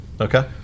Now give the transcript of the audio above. Okay